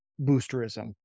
boosterism